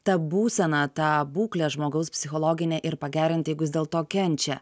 tą būseną tą būklę žmogaus psichologinę ir pagerinti jeigu jis dėl to kenčia